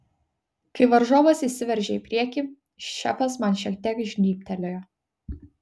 kai varžovas įsiveržė į priekį šefas man šiek tiek žnybtelėjo